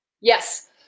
Yes